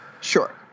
Sure